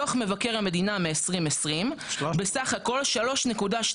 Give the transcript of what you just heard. דוח מבקר המדינה מ-2020 בסך הכול 3.2